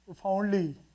profoundly